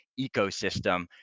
ecosystem